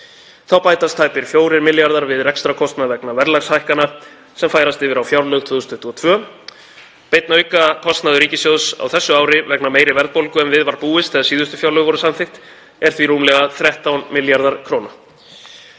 Þá bætast tæpir 4 milljarðar kr. við rekstrarkostnað vegna verðlagshækkana sem færast yfir á fjárlög 2022. Beinn aukakostnaður ríkissjóðs á þessu ári vegna meiri verðbólgu en við var búist þegar síðustu fjárlög voru samþykkt er því rúmlega 13 milljarðar kr.